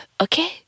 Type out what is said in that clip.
okay